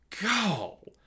Go